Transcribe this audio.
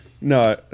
No